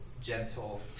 gentle